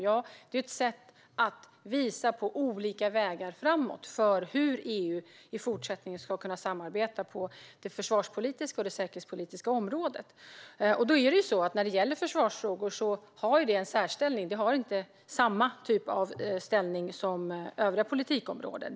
Ja, detta är ett sätt att visa på olika vägar framåt för hur EU i fortsättningen ska kunna samarbeta på det försvarspolitiska och det säkerhetspolitiska området. Försvarsfrågor har en särställning. De har inte samma typ av ställning som övriga politikområden.